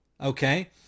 Okay